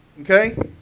okay